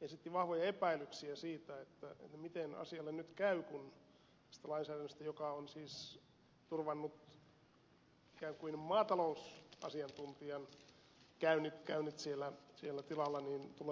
esitti vahvoja epäilyksiä siitä miten asialle nyt käy kun tästä lainsäädännöstä joka on siis turvannut ikään kuin maatalousasiantuntijan käynnit siellä tilalla tulee nyt pysyvää